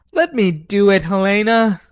let me do it, helena!